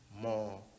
more